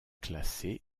classée